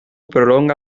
prolonga